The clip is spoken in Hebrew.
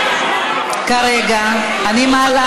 כרגע אני מעלה